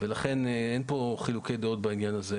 אין חילוקי דעות בעניין הזה.